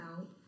out